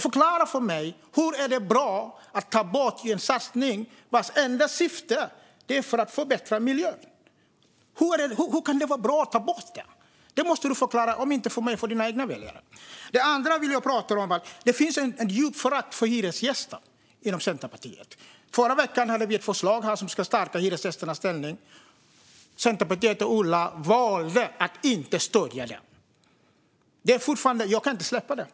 Förklara för mig: Hur kan det vara bra att ta bort en satsning vars enda syfte är att förbättra miljön? Hur kan det vara bra att ta bort den? Det måste du förklara, om inte för mig så för dina egna väljare. Det finns vidare ett djupt förakt för hyresgäster inom Centerpartiet. Förra veckan hade vi ett förslag här som skulle stärka hyresgästernas ställning. Centerpartiet och Ola valde att inte stödja det. Jag kan fortfarande inte släppa det.